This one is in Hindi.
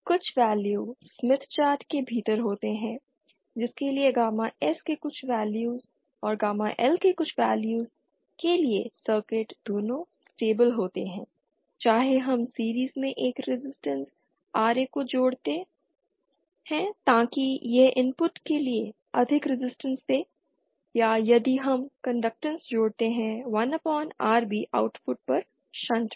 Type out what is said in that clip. कुछ वैल्यूस स्मित चार्ट के भीतर होते हैं जिसके लिए गामा S के कुछ वैल्यूस और गामा L के कुछ वैल्यूस के लिए सर्किट दोनों स्टेबिल होते हैं चाहे हम सीरीज में एक रेजिस्टेंस Ra को जोड़ते हैं ताकि यह इनपुट के लिए अधिक रेजिस्टेंस दे या यदि हम कंडक्टैंस जोड़ते हैं 1Rb आउटपुट पर शंट में